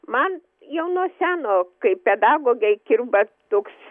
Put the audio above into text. man jau nuo seno kaip pedagogei kirba toks